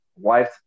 wife